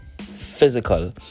physical